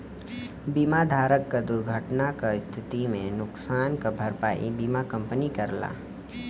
बीमा धारक क दुर्घटना क स्थिति में नुकसान क भरपाई बीमा कंपनी करला